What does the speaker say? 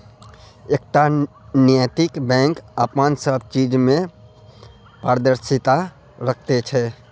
एकटा नैतिक बैंक अपन सब चीज मे पारदर्शिता राखैत छै